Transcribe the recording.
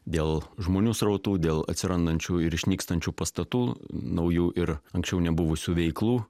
dėl žmonių srautų dėl atsirandančių ir išnykstančių pastatų naujų ir anksčiau nebuvusių veiklų